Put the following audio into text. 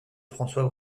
françois